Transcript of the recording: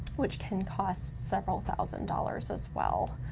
which can cost several thousand dollars as well.